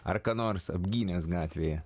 ar ką nors apgynęs gatvėje